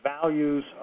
values